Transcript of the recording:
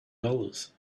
dollars